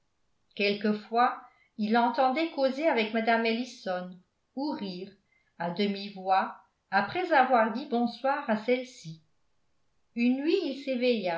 quelquefois il l'entendait causer avec mme ellison ou rire à demi-voix après avoir dit bonsoir à celle-ci une nuit il